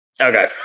Okay